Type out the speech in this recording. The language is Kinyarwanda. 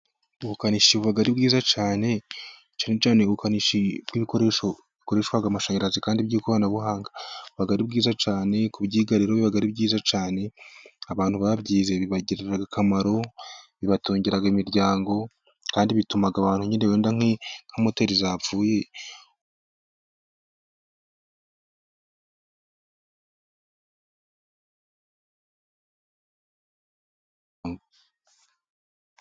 Ubukanishi bu ari bwiza cane, cyane cyane ubukanishi bw'ibikoresho bikoreshwa amashanyarazi, kandi by'ikoranabuhanga. Buba ari byiza cyane kubyigariro bibaga ari byiza cyane, abantu babyize bibagirira akamaro, bibatungira imiryango, kandi bituma abantu nyine wenda ari nka moteri zapfuye...